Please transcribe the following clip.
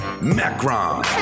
Macron